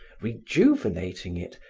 rejuvenating it,